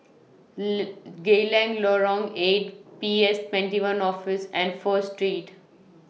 Geylang Lorong eight P S twenty one Office and First Street